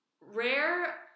rare